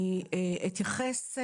אני אתייחס.